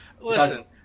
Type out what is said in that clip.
Listen